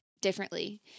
differently